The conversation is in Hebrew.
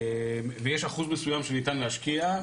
ויש אחוז מסויים שניתן להשקיע.